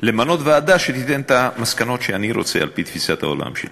למנות ועדה שתיתן את המסקנות שאני רוצה על-פי תפיסת העולם שלי.